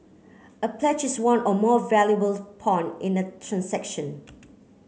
a pledge is one or more valuables pawn in a transaction